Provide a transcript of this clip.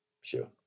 Sure